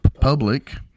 Public